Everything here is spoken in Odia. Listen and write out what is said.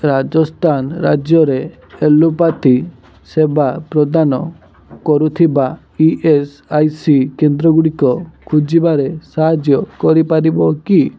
ରାଜସ୍ଥାନ ରାଜ୍ୟରେ ଏଲୋପାଥି ସେବା ପ୍ରଦାନ କରୁଥିବା ଇ ଏସ୍ ଆଇ ସି କେନ୍ଦ୍ର ଗୁଡ଼ିକ ଖୋଜିବାରେ ସାହାଯ୍ୟ କରିପାରିବ କି